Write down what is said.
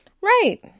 Right